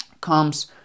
comes